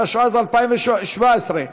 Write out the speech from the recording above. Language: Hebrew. התשע"ז 2017,